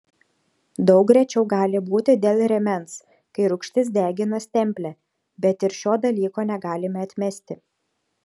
daug rečiau gali būti dėl rėmens kai rūgštis degina stemplę bet ir šio dalyko negalime atmesti